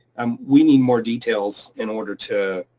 um we need more details in order to